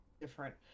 different